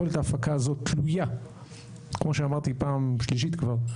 יכולת ההפקה הזאת תלויה כמו שאמרתי פעם שלישית כבר,